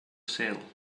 sale